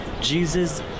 Jesus